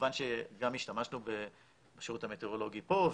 כמובן שגם השתמשנו בשירות המטאורולוגי פה,